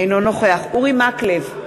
אינו נוכח אורי מקלב,